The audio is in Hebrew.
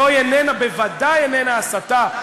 זו בוודאי איננה הסתה,